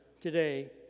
today